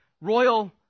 Royal